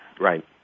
Right